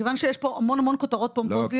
כיוון שיש פה המון המון כותרות פומפוזיות.